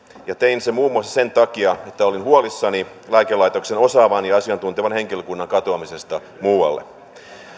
ja tein sen muun muassa sen takia että olin huolissani lääkelaitoksen osaavan ja asiantuntevan henkilökunnan katoamisesta muualle